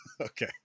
okay